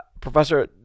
Professor